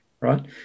right